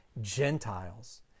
Gentiles